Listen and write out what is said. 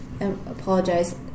apologize